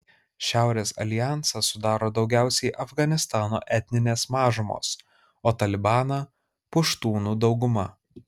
šiaurės aljansą sudaro daugiausiai afganistano etninės mažumos o talibaną puštūnų dauguma